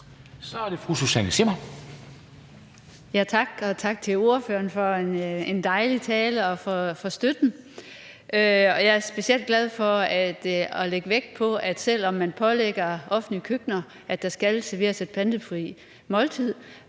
Zimmer (UFG): Tak. Og tak til ordføreren for en dejlig tale og for støtten. Jeg er specielt glad for og lægger vægt på, at selv om man pålægger offentlige køkkener, at der skal serveres et plantebaseret måltid,